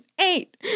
eight